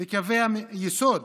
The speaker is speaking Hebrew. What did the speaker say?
לקווי היסוד